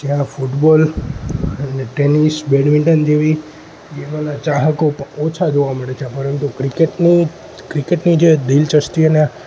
જ્યાં ફૂટબોલ અને tennis badminton જેવી જેવાના ચાહકો ઓછા જોવા મળે છે પરંતુ આ ક્રિકેટની ક્રિકેટની જે દિલચસ્પી એના